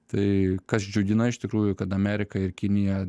tai kas džiugina iš tikrųjų kad amerika ir kinija